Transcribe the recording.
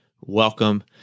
Welcome